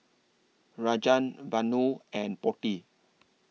Rajan Vanu and Potti